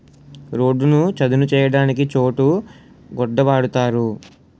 రోడ్డును చదును చేయడానికి చోటు గొడ్డ వాడుతారు